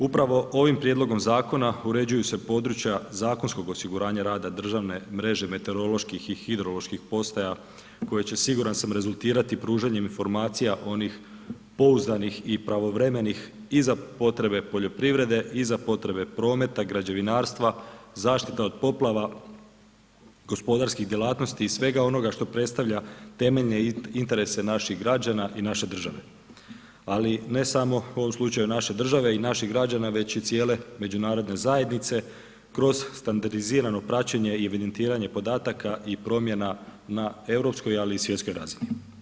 Upravo ovim prijedlogom zakona uređuju se područja zakonskog osiguranja rada državne mreže meteoroloških i hidroloških postaja koje će siguran sam rezultirati pružanjem informacija onih pouzdanih i pravovremenih i za potrebe poljoprivrede i za potrebe prometa, građevinarstva, zaštita od poplava, gospodarskih djelatnosti i svega onoga što predstavlja temeljne interese naših građana i naše države, ali ne samo u ovom slučaju naše države i naših građana već i cijele međunarodne zajednice kroz standardizirano praćenje i evidentiranje podataka i promjena na europskoj ali i svjetskoj razini.